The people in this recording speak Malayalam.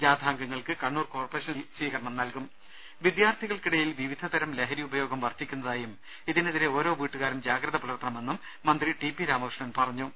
ജാഥാംഗങ്ങൾക്ക് കണ്ണൂർ കോർപറേഷൻ സ്വീകരണം നൽകും ദരദ വിദ്യാർഥികൾക്കിടയിൽ വിവിധ തരം ലഹരി ഉപയോഗം വർധിക്കുന്നതായും ഇതിനെതിരെ ഓരോ വീട്ടുകാരും ജാഗ്രത പുലർത്തണമെന്നും മന്ത്രി ടി പി രാമകൃഷ്ണൻ പറഞ്ഞു